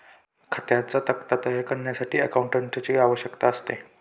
खात्यांचा तक्ता तयार करण्यासाठी अकाउंटंटची आवश्यकता असते